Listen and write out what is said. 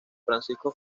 francisco